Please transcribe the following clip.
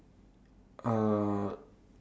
uh